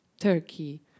Turkey